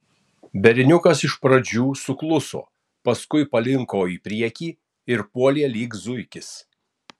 berniukas iš pradžių sukluso paskui palinko į priekį ir puolė lyg zuikis